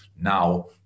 now